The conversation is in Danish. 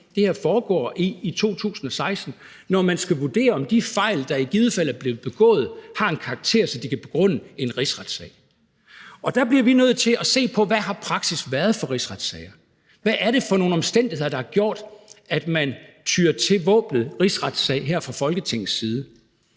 det her foregår i i 2016, når man skal vurdere, om de fejl, der i givet fald er blevet begået, har en karakter, der kan begrunde en rigsretssag. Kl. 13:35 Der bliver vi nødt til at se på: Hvad har praksis været for rigsretssager? Hvad er det for nogle omstændigheder, der har gjort, at man tyr til våbenet rigsretssag her fra Folketingets side?